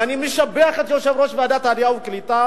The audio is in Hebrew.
ואני משבח את יושב-ראש ועדת העלייה והקליטה